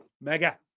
Mega